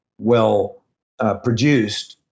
well-produced